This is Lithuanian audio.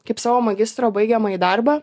kaip savo magistro baigiamąjį darbą